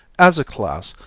as a class,